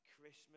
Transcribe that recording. Christmas